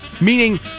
Meaning